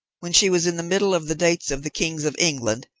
when she was in the middle of the dates of the kings of england,